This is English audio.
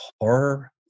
horror